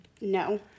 No